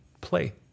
play